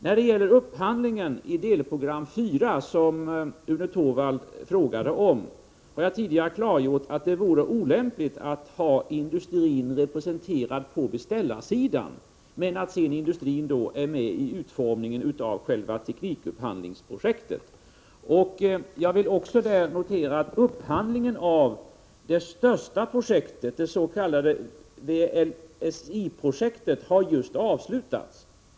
När det gäller upphandlingen av delprojekt 4, som Rune Torwald frågade om, har jag tidigare klargjort att det vore olämpligt att ha industrin representerad på beställarsidan men att industrin är med i utformningen av själva teknikupphandlingsprojektet. Jag vill också notera att upphandlingen av det största projektet, det s.k. VLSI-projektet, just har avslutats.